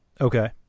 Okay